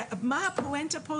ומה הפואנטה פה?